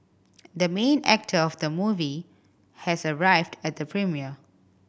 the main actor of the movie has arrived at the premiere